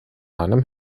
einem